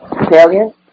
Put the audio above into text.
Italian